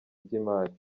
by’imari